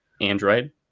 Android